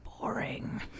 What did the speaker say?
boring